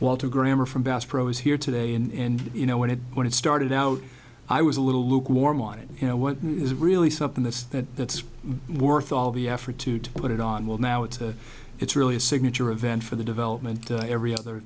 well to grammar from best prose here today in you know when it when it started out i was a little lukewarm on it you know what it's really something that's that that's worth all the effort to to put it on well now it's a it's really a signature event for the development every other